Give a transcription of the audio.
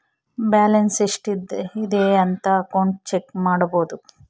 balance ಎಷ್ಟ್ ಇದೆ ಅಂತ ಅಕೌಂಟ್ ಚೆಕ್ ಮಾಡಬೋದು